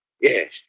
Yes